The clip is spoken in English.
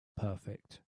perfect